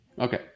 okay